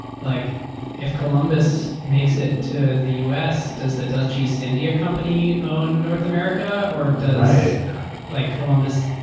like if columbus makes it to the us, does the dutch east india company own north america, or does like columbus,